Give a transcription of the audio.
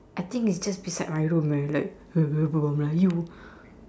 I think it's just beside my room eh like berbual melayu